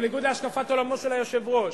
ובניגוד להשקפת עולמו של היושב-ראש.